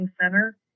center